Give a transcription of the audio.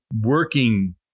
working